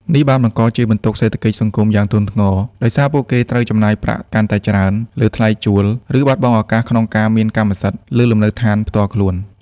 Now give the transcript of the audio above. នេះបានបង្កជាបន្ទុកសេដ្ឋកិច្ចសង្គមយ៉ាងធ្ងន់ធ្ងរ ដោយសារពួកគេត្រូវចំណាយប្រាក់កាន់តែច្រើនលើថ្លៃជួល ឬបាត់បង់ឱកាសក្នុងការមានកម្មសិទ្ធិលើលំនៅឋានផ្ទាល់ខ្លួន។